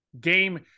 game